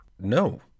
No